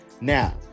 Now